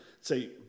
say